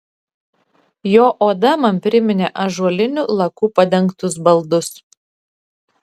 jo oda man priminė ąžuoliniu laku padengtus baldus